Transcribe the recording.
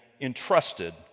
entrusted